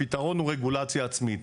הפתרון הוא רגולציה עצמית.